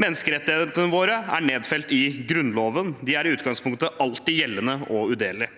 Menneskerettighetene våre er nedfelt i Grunnloven. De er i utgangspunktet alltid gjeldende og udelelige.